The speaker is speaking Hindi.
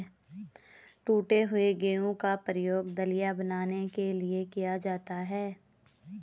टूटे हुए गेहूं का प्रयोग दलिया बनाने के लिए किया जाता है